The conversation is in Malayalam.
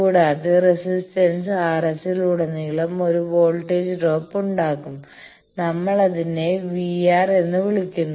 കൂടാതെ റെസിസ്റ്റൻസ് RS ൽ ഉടനീളം ഒരു വോൾട്ടേജ് ഡ്രോപ്പ് ഉണ്ടാകും നമ്മൾ അതിനെ വിആർ എന്ന് വിളിക്കുന്നു